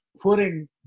putting